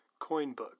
Coinbook